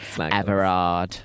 Everard